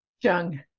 Jung